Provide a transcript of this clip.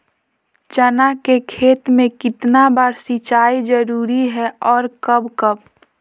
चना के खेत में कितना बार सिंचाई जरुरी है और कब कब?